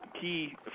key